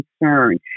concern